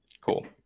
Cool